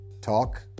talk